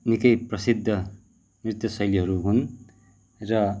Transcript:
निकै प्रसिद्ध नृत्य शैलीहरू हुन् र